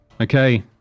Okay